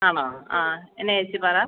ആണോ ആ എന്താ ഏച്ചി പറ